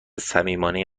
صمیمانه